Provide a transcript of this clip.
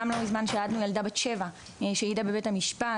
גם לא מזמן שהעדנו ילדה בת 7 שהעידה בבית המשפט